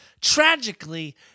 tragically